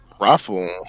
Raffle